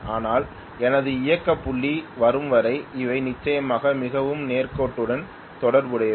ஆனால் எனது இயக்க புள்ளி வரும் வரை அவை நிச்சயமாக மிகவும் நேர்கோட்டுடன் தொடர்புடையவை